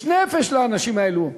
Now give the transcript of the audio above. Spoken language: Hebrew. יש נפש לאנשים האלה.